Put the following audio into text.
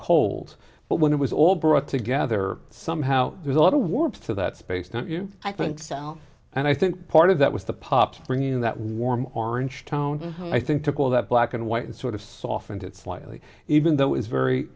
cold but when it was all brought together somehow there's a lot of warmth to that space don't you i think south and i think part of that was the pop spring in that warm orange town i think took all that black and white and sort of softened it slightly even though it's very